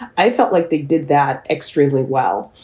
i felt like they did that extremely well.